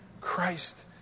Christ